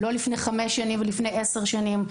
לא לפני חמש ועשר שנים.